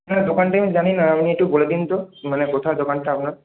না দোকানটা আমি জানি না আপনি একটু বলে দিন তো মানে কোথায় দোকানটা আপনার